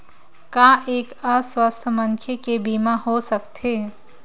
का एक अस्वस्थ मनखे के बीमा हो सकथे?